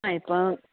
ആ ഇപ്പം